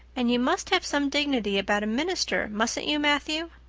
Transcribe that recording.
and you must have some dignity about a minister, mustn't you, matthew?